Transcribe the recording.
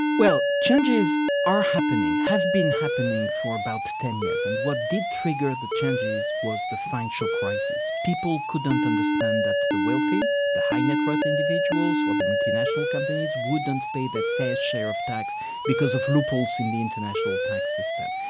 well, changes are happening, have been happening for about ten years. and what did trigger the changes was the financial crisis. people couldn't understand that the the wealthy, the high net worth individuals, or the multinational companies wouldn't pay their fair share of tax because of loopholes in the international tax system.